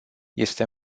este